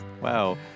Wow